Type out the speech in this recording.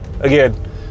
again